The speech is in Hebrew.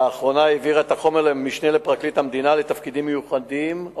והאחרונה העבירה את החומר למשנה לפרקליט המדינה לתפקידים מיוחדים,